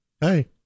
Hey